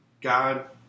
God